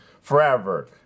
forever